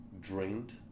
drained